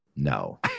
no